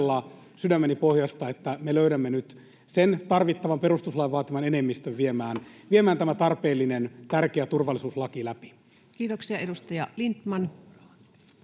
sydämeni pohjasta, että me löydämme nyt sen tarvittavan perustuslain vaatiman enemmistön viemään tämä tarpeellinen, tärkeä turvallisuuslaki läpi. [Speech 33]